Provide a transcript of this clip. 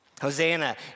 Hosanna